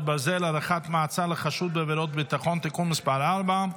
ברזל) (הארכת מעצר לחשוד בעבירת ביטחון) (תיקון מס' 4),